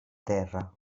terra